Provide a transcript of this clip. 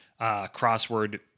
crossword